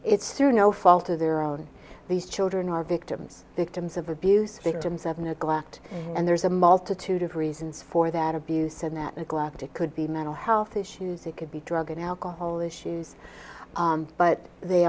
it's through no fault of their own these children are victims victims of abuse victims of neglect and there's a multitude of reasons for that abuse and that neglect it could be mental health issues it could be drug and alcohol issues but they